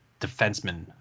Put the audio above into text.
defenseman